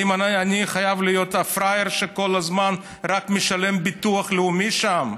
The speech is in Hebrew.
האם אני חייב להיות הפראייר שכל הזמן רק משלם ביטוח לאומי שם?